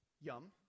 yum